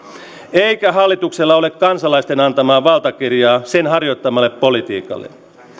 eikä hallituksella ole kansalaisten antamaa valtakirjaa sen harjoittamalle politiikalle